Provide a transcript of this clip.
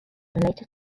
related